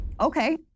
Okay